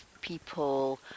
people